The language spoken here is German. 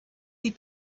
die